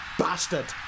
bastard